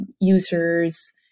users